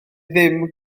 ddim